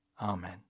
Amen